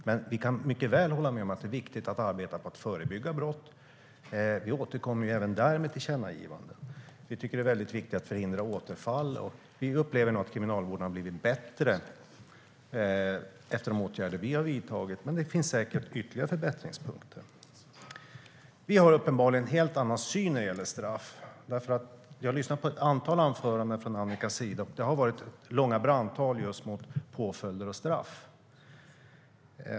Men jag kan mycket väl hålla med om att det är viktigt att arbeta för att förebygga brott. Vi återkommer även där med tillkännagivanden. Vi tycker att det är viktigt att förhindra återfall och upplever nog att kriminalvården har blivit bättre efter de åtgärder som vi har vidtagit, men det finns säkert ytterligare förbättringspunkter. Vi har uppenbarligen en helt annan syn när det gäller straff. Jag har lyssnat på ett antal anföranden från Annika. Det har varit långa brandtal mot påföljder och straff.